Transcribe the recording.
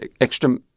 extra